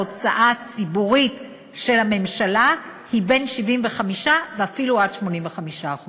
ההוצאה הציבורית של הממשלה היא בין 75% ל-85%.